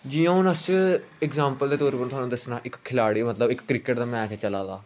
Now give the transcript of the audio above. जियां हून अस एंगजेम्पल दे तौर उप्पर थुआनूं दस्सना इक खलाडी मतलब इक क्रिकेट दा मैच ऐ चला दा